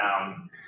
down